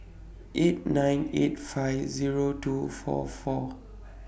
eight nine eight five Zero two four four